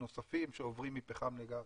נוספים שעוברים מפחם לגז,